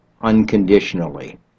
unconditionally